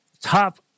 Top